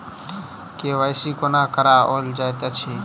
KYC कोना कराओल जाइत अछि?